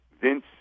vince